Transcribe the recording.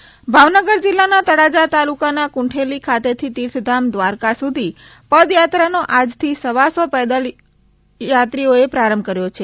પદયાત્રા ભાવનગર જિલ્લાના તળાજા તાલુકાના કુંઢેલી ખાતેથી તિર્થધામ દ્વારકા સુધી પદયાત્રાનો આજથી સવાસો પૈદલ યાત્રીઓએ પ્રારંભ કર્યો છે